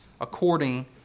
according